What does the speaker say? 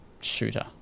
Shooter